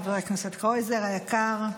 חבר הכנסת קרויזר היקר,